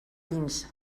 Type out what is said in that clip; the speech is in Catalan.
dins